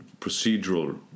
procedural